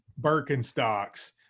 Birkenstocks